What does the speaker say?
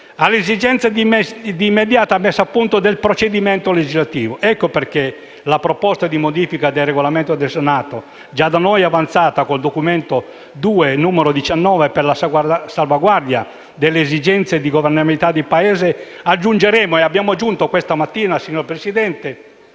le esigenze di immediata messa a punto del procedimento legislativo. Ecco perché, alla proposta di modificazione del Regolamento del Senato, già da noi avanzata con il Documento II, n. 19, per la salvaguardia delle esigenze di governabilità del Paese, abbiamo aggiunto questa mattina un ulteriore